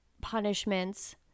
punishments